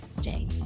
day